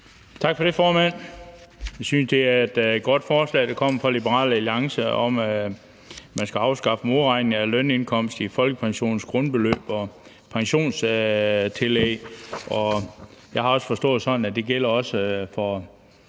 Tak for det, formand. Vi synes, det er et godt forslag, der er kommet fra Liberal Alliance, om, at man skal afskaffe modregningen af lønindkomst i folkepensionens grundbeløb og pensionstillæg. Jeg har også forstået det sådan,